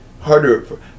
Harder